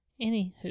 anywho